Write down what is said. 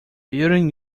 building